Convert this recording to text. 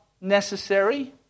necessary